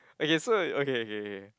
okay so okay okay okay